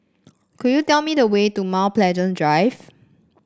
could you tell me the way to Mount Pleasant Drive